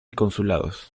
consulados